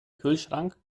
kühlschrank